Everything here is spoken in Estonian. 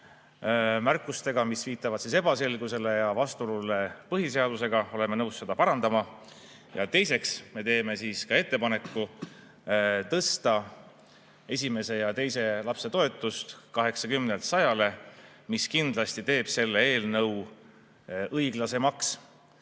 märkustega, mis viitavad ebaselgusele ja vastuolule põhiseadusega. Oleme nõus seda parandama. Ja teiseks, me teeme ettepaneku tõsta esimese ja teise lapse toetuse 80 [eurolt] 100-le, mis kindlasti teeb selle eelnõu õiglasemaks.